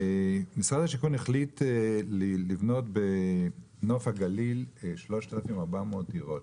משרד הבינוי והשיכון החליט לבנות בנוף הגליל 3,400 דירות.